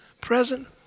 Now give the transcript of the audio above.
present